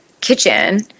kitchen